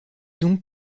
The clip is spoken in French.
donc